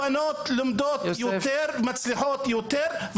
הבנות לומדות יותר ומצליחות יותר,